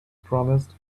promised